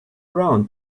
round